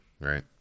right